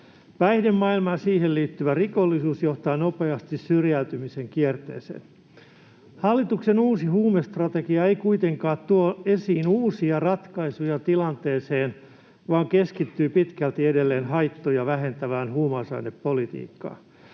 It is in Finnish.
Päihdemaailma ja siihen liittyvä rikollisuus johtavat nopeasti syrjäytymisen kierteeseen. Hallituksen uusi huumestrategia ei kuitenkaan tuo esiin uusia ratkaisuja tilanteeseen vaan keskittyy pitkälti edelleen haittoja vähentävään huumausainepolitiikkaan.